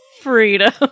freedom